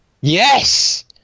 yes